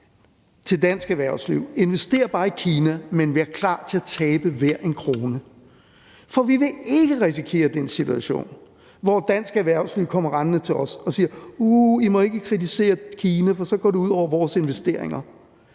til dansk erhvervsliv: Invester bare i Kina, men vær klar til at tabe hver en krone. For vi vil ikke risikere at stå i den situation, hvor dansk erhvervsliv kommer rendende til os og siger: Uh, I må ikke kritisere Kina, for så går det ud over vores investeringer.